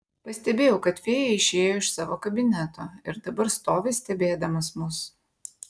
pastebėjau kad fėja išėjo iš savo kabineto ir dabar stovi stebėdamas mus